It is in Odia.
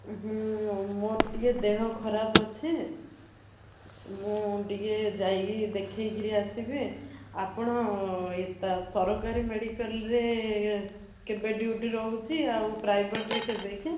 ହୁଁ ମୋର ଟିକିଏ ଦେହ ଖରାପ ଅଛି ମୁଁ ଟିକିଏ ଯାଇକି ଦେଖେଇକରି ଆସିବି ଆପଣ ଏତା ସରକାରୀ ମେଡ଼ିକାଲ୍ରେ କେବେ ଡ୍ୟୁଟି ରହୁଛି ଆଉ ପ୍ରାଇଭେଟ୍ରେ କେବେ କି